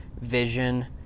vision